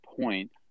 point